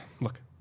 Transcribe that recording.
Look